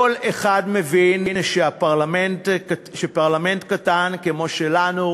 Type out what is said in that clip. כל אחד מבין שפרלמנט קטן כמו שלנו,